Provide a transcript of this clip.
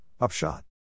upshot